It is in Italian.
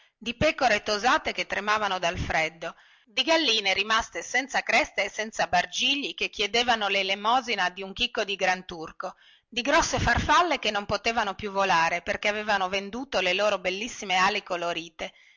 di pecore tosate che tremavano dal freddo di galline rimaste senza cresta e senza bargigli che chiedevano lelemosina dun chicco di granturco di grosse farfalle che non potevano più volare perché avevano venduto le loro bellissime ali colorite